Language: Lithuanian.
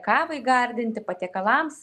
kavai gardinti patiekalams